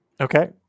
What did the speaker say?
Okay